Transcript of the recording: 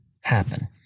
happen